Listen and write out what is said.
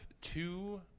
two